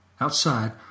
Outside